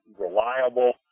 reliable